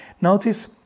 Notice